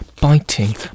biting